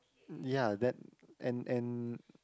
ya that and and